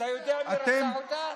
אתה יודע מי רצח אותה?